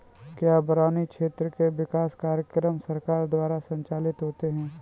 क्या बरानी क्षेत्र के विकास कार्यक्रम सरकार द्वारा संचालित होते हैं?